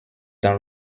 dans